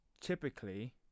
typically